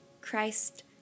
Christ